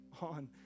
on